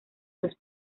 los